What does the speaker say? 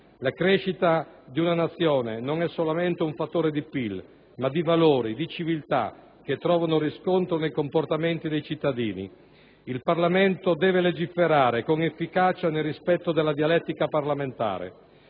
La crescita di una Nazione non è solamente un fattore di PIL, ma di valori, di civiltà che trovano riscontro nei comportamenti dei cittadini. Il Parlamento deve legiferare con efficacia nel rispetto della dialettica parlamentare,